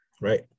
Right